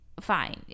fine